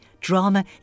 drama